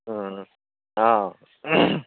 अ